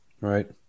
Right